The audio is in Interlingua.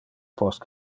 post